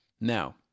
now